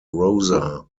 rosa